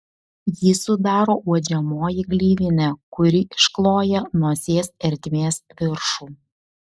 jį sudaro uodžiamoji gleivinė kuri iškloja nosies ertmės viršų